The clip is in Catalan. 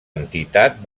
entitat